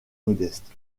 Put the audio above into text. modeste